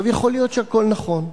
יכול להיות שהכול נכון,